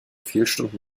fehlstunden